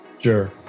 Sure